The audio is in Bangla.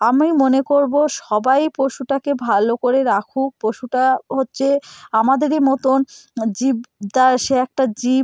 আমি মনে করবো সবাই পশুটাকে ভালো করে রাখুক পশুটা হচ্ছে আমাদেরই মতোন জীব তা সে একটা জীব